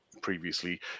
previously